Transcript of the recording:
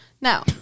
Now